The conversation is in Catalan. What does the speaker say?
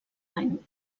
any